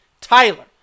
Tyler